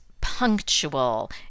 punctual